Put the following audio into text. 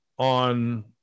on